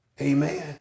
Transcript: Amen